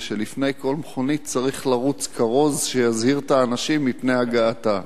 שלפני כל מכונית צריך לרוץ כרוז שיזהיר את האנשים מפני הגעתה.